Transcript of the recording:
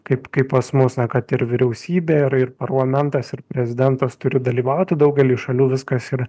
kaip kaip pas mus na kad ir vyriausybė ir ir parlamentas ir prezidentas turi dalyvauti daugely šalių viskas ir